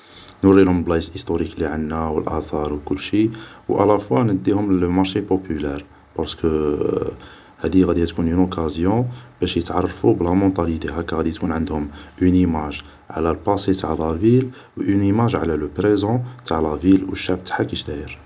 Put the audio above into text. نوريلهم البلايص ايستوريك لي عندنا و كلشي و الا فوا نديهم لل مارشي بوبيلار بارسكو هادي غادية تكون اون اوكازيون باش يتعرفو بلا مونطاليتي غادي تكون عندهم اون ايماج على الباسي تاع لا فيل و اون ايماج على بريزون تاع لا فيل و الشعب تاعها كيش داير